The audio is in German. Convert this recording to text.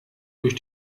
durch